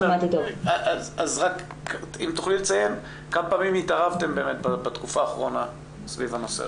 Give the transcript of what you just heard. אם תוכלי לציין כמה פעמים התערבתם בתקופה האחרונה סביב הנושא הזה?